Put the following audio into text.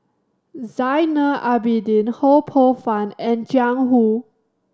Zainal Abidin Ho Poh Fun and Jiang Hu